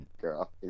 girl